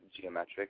geometric